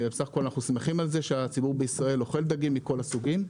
בסך הכול אנחנו שמחים על כך שהציבור בישראל אוכל דגים מכל הסוגים.